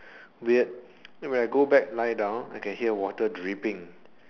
weird then when I go back lie down I can hear water dripping